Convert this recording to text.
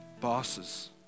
Bosses